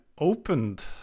opened